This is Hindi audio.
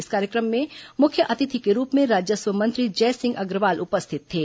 इस कार्यक्रम में मुख्य अतिथि के रूप में राजस्व मंत्री जयसिंह अग्रवाल उपरिथित थे